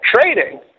trading